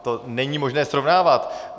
To není možné srovnávat.